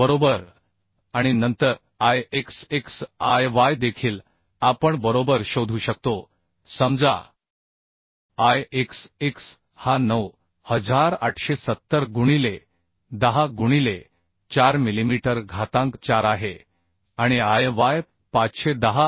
बरोबर आणि नंतर I x x I y देखील आपण बरोबर शोधू शकतो समजा I x x हा 9870 गुणिले 10 गुणिले 4 मिलीमीटर घातांक 4 आहे आणि I y हा 510